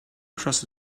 trust